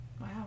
Wow